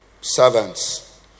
servants